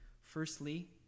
firstly